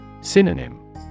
Synonym